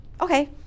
Okay